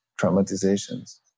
traumatizations